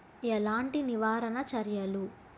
ఎలాంటి నివారణ చర్యలు